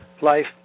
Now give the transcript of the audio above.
life